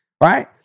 right